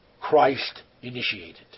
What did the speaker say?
Christ-initiated